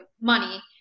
money